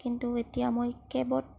কিন্তু এতিয়া মই কেবত